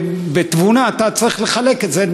ובתבונה אתה צריך לחלק את זה,